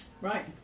right